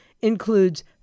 includes